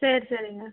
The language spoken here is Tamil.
சரி சரிங்க